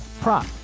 prop